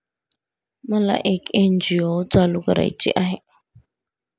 मला एक एन.जी.ओ चालू करायची आहे